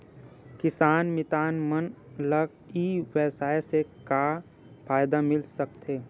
किसान मितान मन ला ई व्यवसाय से का फ़ायदा मिल सकथे?